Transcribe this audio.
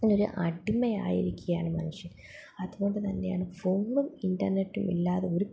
ഒരു അടിമയായിരിക്കുകയാണ് മനുഷ്യൻ അതുകൊണ്ട് തന്നെയാണ് ഫോണും ഇൻറർനെറ്റും ഇല്ലാതെ ഒരു